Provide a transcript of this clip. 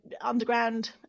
underground